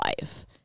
life